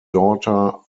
daughter